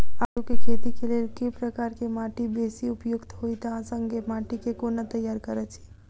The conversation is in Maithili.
आलु केँ खेती केँ लेल केँ प्रकार केँ माटि बेसी उपयुक्त होइत आ संगे माटि केँ कोना तैयार करऽ छी?